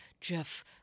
Jeff